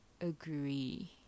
agree